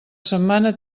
setmana